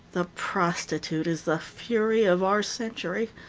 the prostitute is the fury of our century,